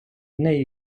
нею